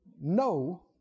no